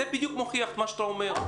זה בדיוק מוכיח את מה שאתה אומר.